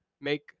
make